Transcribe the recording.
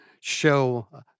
show